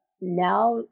now